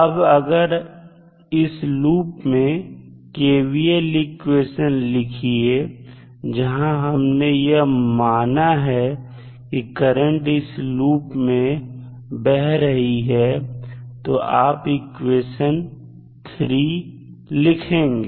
अब अगर इस लूप में KVL इक्वेशन लिखिए जहां हमने यह माना है कि करंट इस लूप में बह रही है तो आप इक्वेशन 3 लिखेंगे